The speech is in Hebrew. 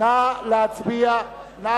נא להצביע.